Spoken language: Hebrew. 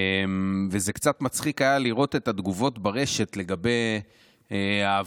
קצת מצחיק היה לראות את התגובות ברשת לגבי ההפגנה.